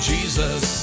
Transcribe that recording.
Jesus